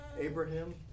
Abraham